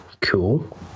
Cool